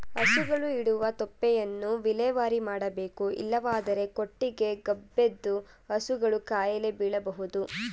ಹಸುಗಳು ಇಡುವ ತೊಪ್ಪೆಯನ್ನು ವಿಲೇವಾರಿ ಮಾಡಬೇಕು ಇಲ್ಲವಾದರೆ ಕೊಟ್ಟಿಗೆ ಗಬ್ಬೆದ್ದು ಹಸುಗಳು ಕಾಯಿಲೆ ಬೀಳಬೋದು